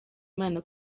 imana